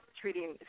treating